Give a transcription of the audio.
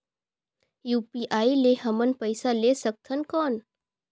UPI ले हमन पइसा ले सकथन कौन?